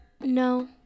No